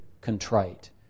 contrite